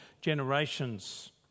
generations